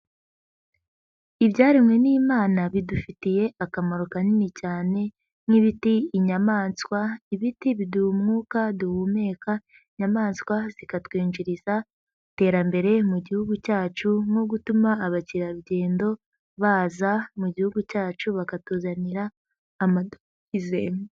Ibyaremwe n'Imana bidufitiye akamaro kanini cyane nk'ibiti, inyamaswa, ibiti biduha umwuka duhumeka inyamaswa zikatwinjiriza iterambere mu gihugu cyacu nko gutuma abakerarugendo baza mu gihugu cyacu bakatuzanira amadovize.